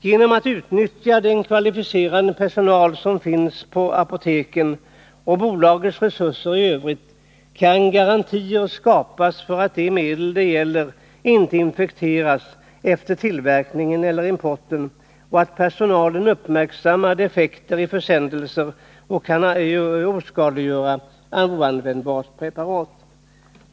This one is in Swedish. Genom att utnyttja den kvalificerade personal som finns på apoteken och bolagets resurser i övrigt kan man skapa garantier för att de medel det gäller inte infekteras efter tillverkningen eller importen och att personalen uppmärksammar defekter i försändelser och kan oskadliggöra oanvändbart preparat.